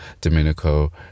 Domenico